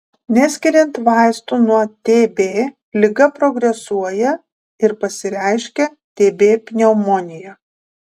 neskiriant vaistų nuo tb liga progresuoja ir pasireiškia tb pneumonija